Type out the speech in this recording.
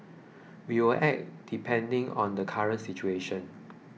we will act depending on the current situation